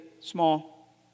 small